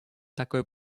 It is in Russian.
такой